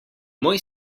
moj